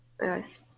yes